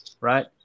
right